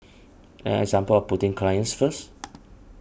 an example of putting clients first